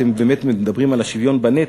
אתם באמת מדברים על שוויון בנטל,